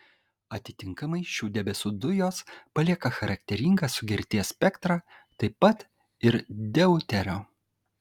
atitinkamai šių debesų dujos palieka charakteringą sugerties spektrą taip pat ir deuterio